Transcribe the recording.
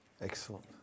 Excellent